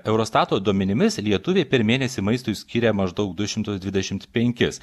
eurostato duomenimis lietuviai per mėnesį maistui skiria maždaug du šimtus dvidešimt penkis